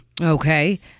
Okay